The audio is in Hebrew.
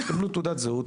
יקבלו תעודת זהות,